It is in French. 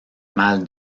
mal